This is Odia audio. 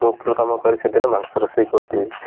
ମୁଁ ପ୍ରଥମ କରି ସେଦିନ ମାଂସ ରୋଷେଇ କରୁଥିଲି